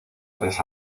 tres